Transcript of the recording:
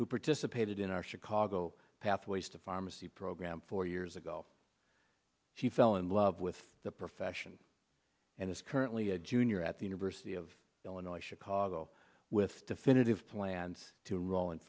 who participated in our chicago pathways to pharmacy program four years ago she fell in love with the profession and is currently a junior at the university of illinois chicago with definitive plans to enroll in